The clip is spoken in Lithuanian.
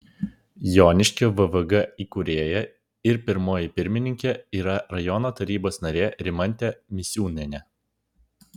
joniškio vvg įkūrėja ir pirmoji pirmininkė yra rajono tarybos narė rimantė misiūnienė